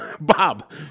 Bob